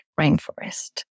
rainforest